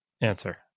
answer